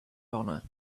honor